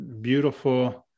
beautiful